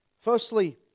Firstly